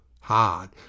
Hard